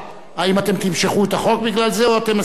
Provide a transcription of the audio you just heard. האם אתם תמשכו את החוק בגלל זה, או אתם מסכימים?